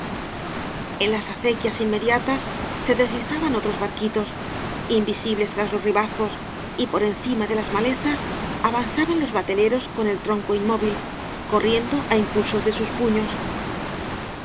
en las acequias inmediatas se deslizaban otros barquitos invisibles tras los ribazos y por encima de las malezas avanzaban los bateleros con el tronco inmóvil corriendo á impulsos de bus puños de